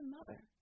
Mother